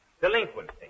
delinquency